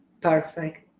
perfect